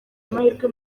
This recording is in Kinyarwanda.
amahirwe